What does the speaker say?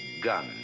gun